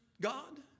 God